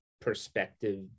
perspective